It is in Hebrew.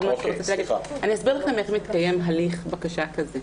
אני אסביר לכם איך מתקיים הליך בקשה כזה.